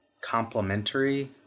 complementary